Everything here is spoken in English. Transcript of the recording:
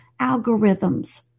algorithms